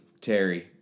Terry